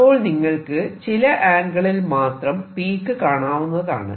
അപ്പോൾ നിങ്ങൾക്ക് ചില ആംഗിളിൽ മാത്രം പീക് കാണാവുന്നതാണ്